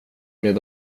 med